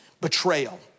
betrayal